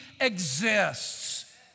exists